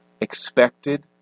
expected